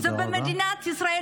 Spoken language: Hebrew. במדינת ישראל,